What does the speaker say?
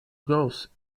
goals